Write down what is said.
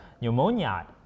pneumonia